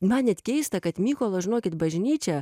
man net keista kad mykolo žinokit bažnyčia